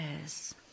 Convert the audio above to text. Yes